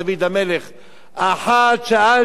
"אחת שאלתי מאת ה',